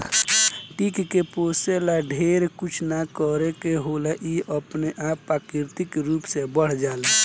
कीट के पोसे ला ढेरे कुछ ना करे के होला इ अपने आप प्राकृतिक रूप से बढ़ जाला